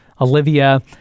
Olivia